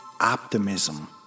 optimism